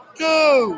two